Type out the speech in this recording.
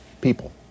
people